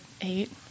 eight